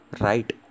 Right